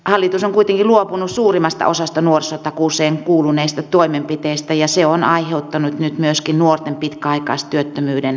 hallitus on kuitenkin luopunut suurimmasta osasta nuorisotakuuseen kuuluneista toimenpiteistä ja se on aiheuttanut nyt myöskin nuorten pitkäaikaistyöttömyyden kasvun